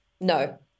No